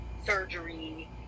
surgery